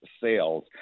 sales